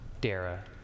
Dara